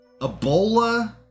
Ebola